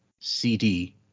CD